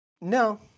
No